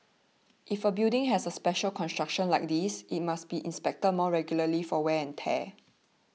if a building has a special construction like this it must be inspected more regularly for wear and tear